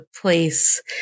place